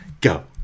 go